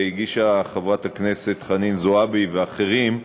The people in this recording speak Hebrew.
שהגישו חברת הכנסת חנין זועבי ואחרים,